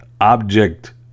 object